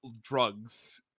drugs